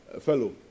fellow